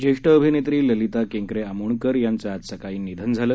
ज्येष्ठ अभिनेत्री ललिता केंकरे आमोणकर यांचं आज सकाळी निधन झालं